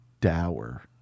dower